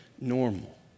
normal